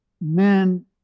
men